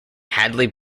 hadley